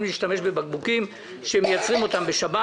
להשתמש בבקבוקים שמייצרים אותם בשבת.